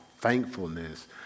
thankfulness